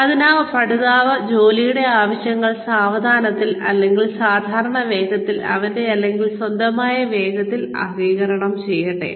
അതിനാൽ പഠിതാവ് ജോലിയുടെ ആവശ്യങ്ങൾ സാവധാനത്തിൽ അല്ലെങ്കിൽ സാധാരണ വേഗതയിൽ അവന്റെ അല്ലെങ്കിൽ സ്വന്തമായ വേഗതയിൽ ആഗിരണം ചെയ്യട്ടെ